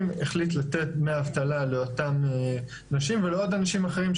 החליט לתת דמי אבטלה לאותן נשים ולעוד אנשים אחרים,